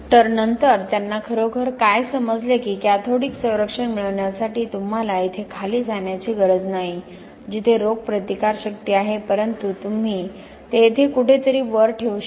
तर नंतर त्यांना खरोखर काय समजले की कॅथोडिक संरक्षण मिळविण्यासाठी तुम्हाला येथे खाली जाण्याची गरज नाही जिथे रोग प्रतिकारशक्ती आहे परंतु तुम्ही ती येथे कुठेतरी वर ठेवू शकता